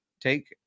take